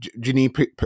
Janine